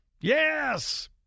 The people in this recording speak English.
Yes